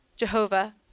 Jehovah